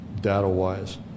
data-wise